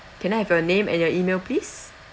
can I have your name and your email please